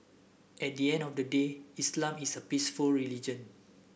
at the end of the day Islam is a peaceful religion